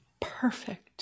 Perfect